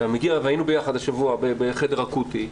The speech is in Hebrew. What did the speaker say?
היינו ביחד השבוע בחדר אקוטי.